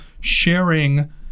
sharing